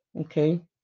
okay